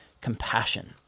compassion